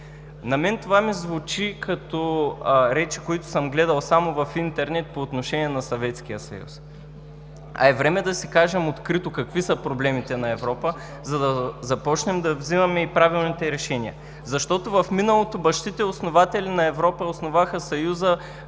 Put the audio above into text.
На мен това ми звучи като речи, които съм гледал само в интернет по отношение на Съветския съюз. А е време да си кажем открито какви са проблемите на Европа, за да започнем да вземаме и правилните решения, защото в миналото бащите – основатели на Европа, основаха Съюза